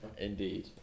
Indeed